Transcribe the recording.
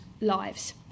lives